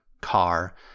car